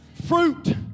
fruit